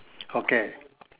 okay